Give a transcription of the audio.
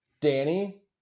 Danny